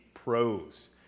pros